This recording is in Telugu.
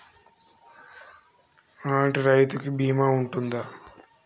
నా లాంటి రైతు కి బీమా ఉంటుందా?